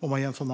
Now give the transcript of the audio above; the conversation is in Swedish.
Det blir dessutom